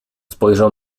spojrzał